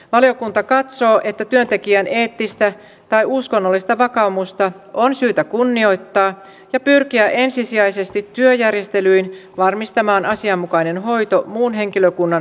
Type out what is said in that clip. valiokunta katsoo että työntekijän eettistä tai uskonnollista vakaumusta on syytä kunnioittaa ja pyrkiä ensisijaisesti työjärjestelyin varmistamaan asianmukainen hoito muun henkilökunnan suorittamana